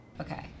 Okay